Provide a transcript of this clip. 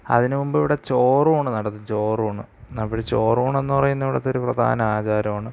അതിനു മുമ്പിവിടെ ചോറൂണ് നടത്തും ചോറൂണ് ഇന്നാ പിടി ചോറൂണെന്നു പറയുന്നത് ഇവിടത്തൊരു പ്രധാന ആചാരമാണ്